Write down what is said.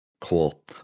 Cool